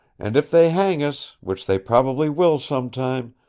and if they hang us, which they probably will some time,